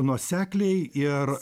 nuosekliai ir